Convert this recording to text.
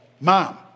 mom